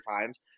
times